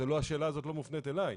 השאלה הזאת לא מופנית אלי,